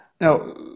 Now